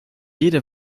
jede